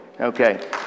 Okay